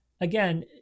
Again